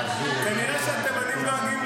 כנראה התימנים, אני לא יודע.